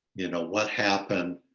you know, what happened?